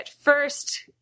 first